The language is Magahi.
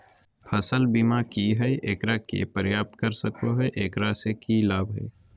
फसल बीमा की है, एकरा के प्राप्त कर सको है, एकरा से की लाभ है?